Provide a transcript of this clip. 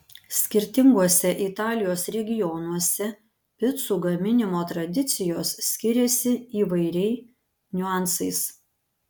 skirtinguose italijos regionuose picų gaminimo tradicijos skiriasi įvairiai niuansais